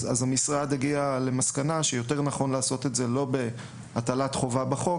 המשרד הגיע למסקנה שיותר נכון לעשות את זה לא בהטלת חובה בחוק,